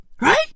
Right